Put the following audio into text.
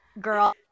Girl